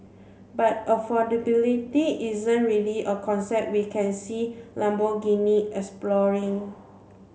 but affordability isn't really a concept we can see Lamborghini exploring